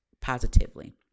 positively